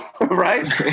right